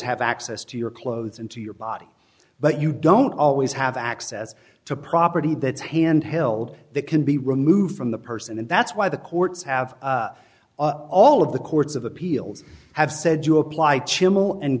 have access to your clothes into your body but you don't always have access to property that is hand held that can be removed from the person and that's why the courts have all of the courts of appeals have said you apply chimo and